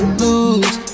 lose